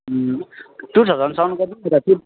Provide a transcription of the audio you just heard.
to थाउजेन्डसम्म गर्दिनु नि त टु